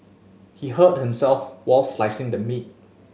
he hurt himself while slicing the meat